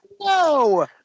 No